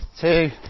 two